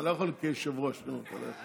אתה לא יכול מכיסא היושב-ראש, נו.